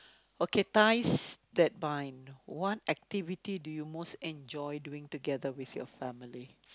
okay ties that bind what activity do you most enjoy doing together with your family